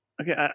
Okay